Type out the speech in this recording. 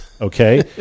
okay